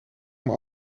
mij